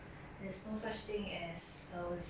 how lousy it is right 如果你有 take care right